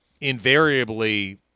invariably